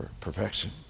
perfection